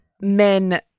men